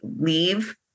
leave